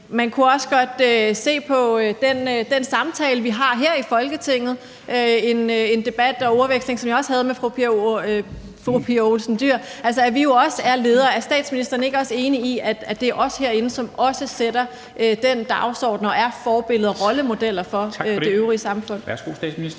Man kunne også godt se på den samtale, vi har her i Folketinget – en debat og ordveksling, som jeg også havde med fru Pia Olsen Dyhr – i forhold til at vi jo også er ledere. Er statsministeren ikke enig i, at det er os herinde, som også sætter den dagsorden og er forbilleder og rollemodeller for det øvrige samfund? Kl. 23:47 Formanden